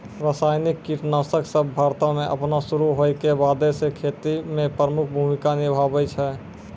रसायनिक कीटनाशक सभ भारतो मे अपनो शुरू होय के बादे से खेती मे प्रमुख भूमिका निभैने छै